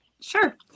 Sure